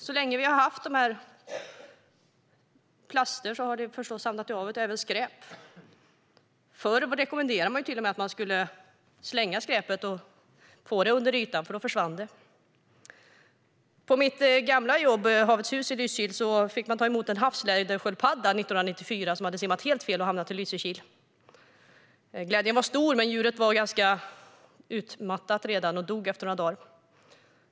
Så länge det har funnit plaster har de samlats i havet. Det gäller även skräp. Förr rekommenderades det att man till och med skulle slänga skräpet och få det ned under ytan, för då försvann det. På mitt gamla jobb, Havets hus i Lysekil, fick man ta emot en havslädersköldpadda 1994 som hade simmat helt fel och hamnat i Lysekil. Glädjen var stor, men djuret var redan ganska utmattat och dog efter några dagar.